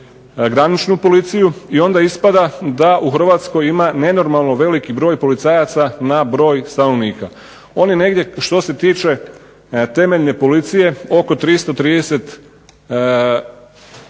graničnu policiju i onda ispada da u Hrvatskoj ima nenormalno velik broj policajaca na broj stanovnika. On je negdje, što se tiče temeljne policije, oko 330